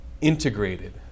integrated